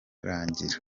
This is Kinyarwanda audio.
rangira